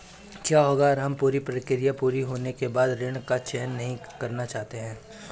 क्या होगा अगर हम पूरी प्रक्रिया पूरी होने के बाद ऋण का चयन नहीं करना चाहते हैं?